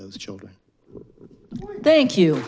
those children thank you